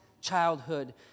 childhood